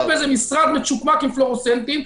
באיזה משרד מצ'וקמק עם פלוריסנטים.